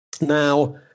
now